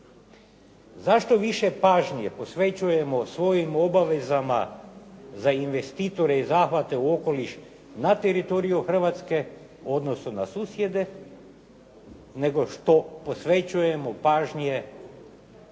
Zašto više pažnje posvećujemo svojim obavezama za investitore i zahvate u okoliš na teritoriju Hrvatske, odnosno na susjede, nego što posvećujemo pažnje što